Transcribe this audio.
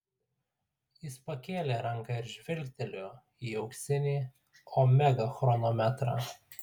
jis pakėlė ranką ir žvilgtelėjo į auksinį omega chronometrą